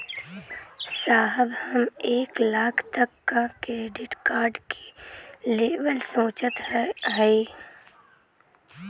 साहब हम एक लाख तक क क्रेडिट कार्ड लेवल सोचत हई ओमन ब्याज कितना लागि?